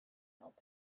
help